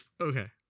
Okay